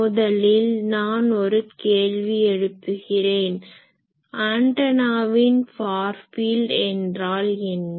முதலில் நான் ஒரு கேள்வி எழப்புகிறேன் ஆன்டனாவின் ஃபார் ஃபீல்ட் என்றால் என்ன